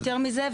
יותר מזה,